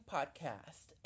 Podcast